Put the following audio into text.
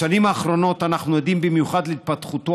בשנים האחרונות אנחנו עדים במיוחד להתפתחותו